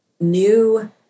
new